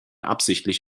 absichtlich